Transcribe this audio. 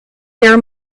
their